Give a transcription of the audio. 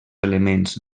elements